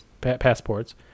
passports